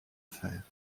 faire